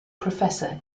professor